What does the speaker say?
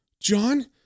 John